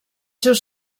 seus